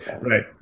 Right